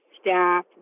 staff